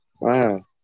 Wow